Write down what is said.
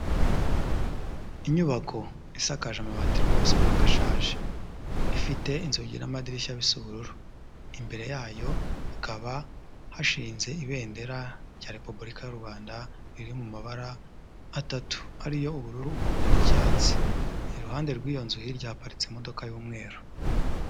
Inyubako isakaje amabati rwose ubona ko ashaje. Ifite inzugi n'amadirishya bisa ubururu. Imbere yayo hakaba hashinze ibendera rya repubulika y'u Rwanda riri mu mabara atatu ari yo ubururu, umuhondo n'icyatsi. Iruhande rw'iyo nzu hirya haparitse imodoka y'umweru.